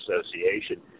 Association